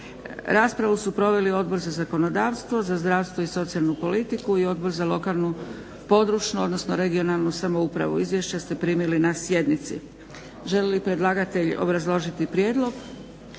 Raspravu su proveli Odbor za zakonodavstvo, za zdravstvo i socijalnu politiku i Odbor za lokalnu, područnu odnosno regionalnu samoupravu. Izvješća ste primili na sjednici. Želi li predlagatelj obrazložiti prijedlog?